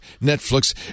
Netflix